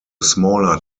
smaller